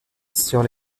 sur